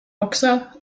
boxer